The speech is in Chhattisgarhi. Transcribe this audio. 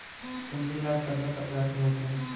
पूंजी लाभ कतना प्रकार के होथे?